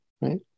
right